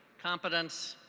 competence,